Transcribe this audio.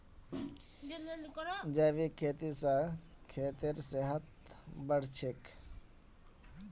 जैविक खेती स खेतेर सेहत बढ़छेक